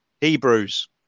Hebrews